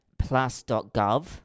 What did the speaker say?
Plus.gov